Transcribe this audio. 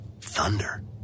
Thunder